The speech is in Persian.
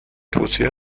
توصیه